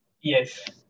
Yes